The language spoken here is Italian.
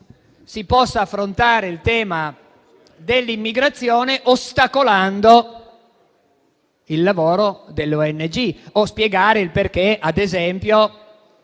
si possa affrontare il tema dell'immigrazione ostacolando il lavoro delle ONG; o spiegare perché ad esempio